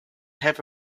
have